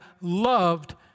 loved